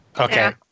Okay